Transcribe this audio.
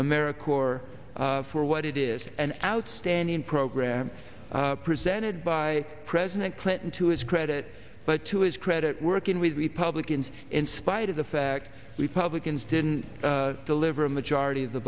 america corps for what it is an outstanding program presented by president clinton to his credit but to his credit working with republicans in spite of the fact republicans didn't deliver a majority of the